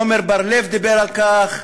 עמר בר-לב דיבר על כך,